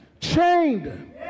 chained